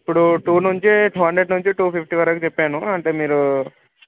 ఇప్పుడు టూ నుంచి two hundred నుంచి టూ ఫిఫ్టీ వరకు చెప్పాను అంటే మీరు